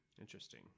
Interesting